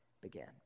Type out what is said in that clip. began